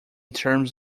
terms